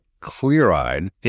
clear-eyed